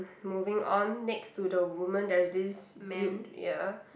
moving on next to the woman there's this dude ya